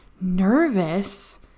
nervous